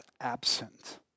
absent